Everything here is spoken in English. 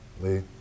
Lee